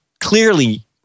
clearly